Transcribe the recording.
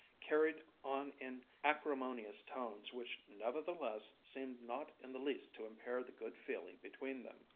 carried on in acrimonious tones which nevertheless seemed not in the least to impair the good feeling between them.